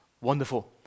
wonderful